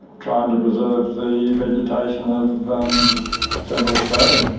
trying to preserve the vegetation of central australia.